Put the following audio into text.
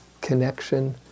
connection